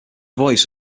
voice